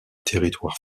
territoire